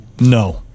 No